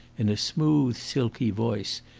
in a smooth, silky voice,